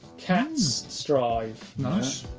cat's strive. nice.